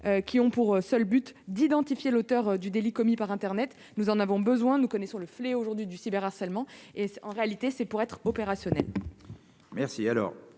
qui ont pour seul but d'identifier l'auteur du délit commis par Internet, nous en avons besoin, nous connaissons le fléau aujourd'hui du cyber-harcèlement et en réalité, c'est pour être opérationnel.